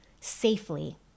safely